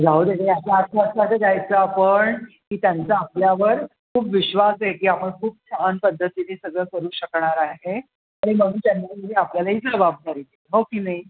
जाऊ दे गं याचा अर्थ असा गं घ्यायचा आपण की त्यांचा आपल्यावर खूप विश्वास आहे की आपण खूप छान पद्धतीने सगळं करू शकणार आहे आणि म्हणून त्यांनी ही आपल्याला ही जवाबदारी दिली हो की नाही